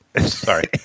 Sorry